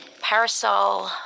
Parasol